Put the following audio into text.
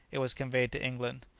it was conveyed to england.